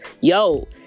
yo